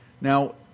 Now